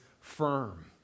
firm